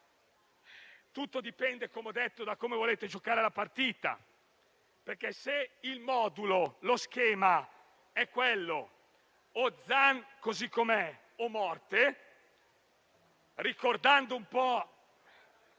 tutto dipende - come ho detto - da come volete giocare la partita: se il modulo, lo schema è o la legge Zan così com'è o morte, copiando un po'